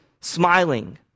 smiling